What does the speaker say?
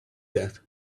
that